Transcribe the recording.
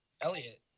Elliot